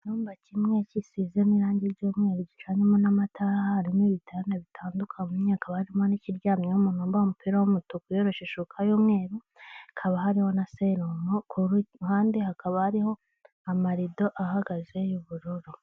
Icyumba kimwe gisizemo irangi ry'umweru gicanyemo n'amatara, harimo ibitanda bitandukanye, hakaba harimo n'ikiryamyeho umuntu wambaye umupira w'umutuku wiyoroshe ishuka y'umweru, hakaba hariho na serumu, ku ruhande hakaba hariho amarido ahagaze y'ubururu.